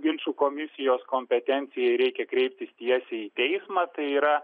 ginčų komisijos kompetencijai reikia kreiptis tiesiai į teismą tai yra